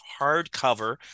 hardcover